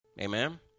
amen